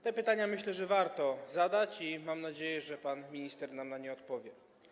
Te pytania, myślę, warto zadać i mam nadzieję, że pan minister nam na nie odpowie.